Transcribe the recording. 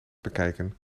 bekijken